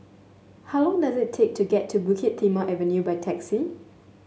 how long does it take to get to Bukit Timah Avenue by taxi